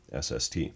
SST